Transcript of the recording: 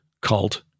cult